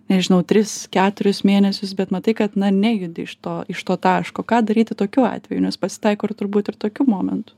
nežinau tris keturis mėnesius bet matai kad na nejudi iš to iš to taško ką daryti tokiu atveju nes pasitaiko ir turbūt ir tokių momentų